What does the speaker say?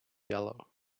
yellow